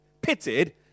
pitted